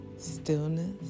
Stillness